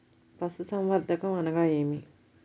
పశుసంవర్ధకం అనగా ఏమి?